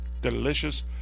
delicious